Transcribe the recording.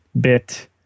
bit